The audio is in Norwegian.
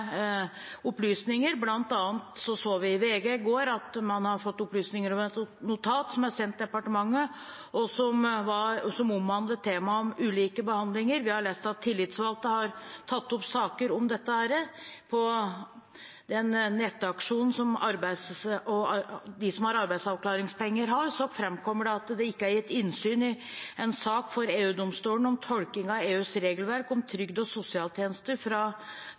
opplysninger. Blant annet så vi i VG i går at man har fått opplysninger om et notat som er sendt departementet, og som omhandlet temaet om ulike behandlinger. Vi har lest at tillitsvalgte har tatt opp saker om dette. På den nettaksjonen som de som har arbeidsavklaringspenger har, framkommer det at det ikke er gitt innsyn i en sak for EU-domstolen om tolking av EUs regelverk om trygd og sosialtjenester